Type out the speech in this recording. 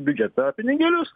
biudžetą pinigėlius